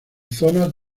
zonas